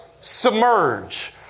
submerge